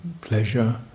pleasure